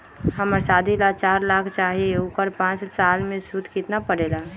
हमरा शादी ला चार लाख चाहि उकर पाँच साल मे सूद कितना परेला?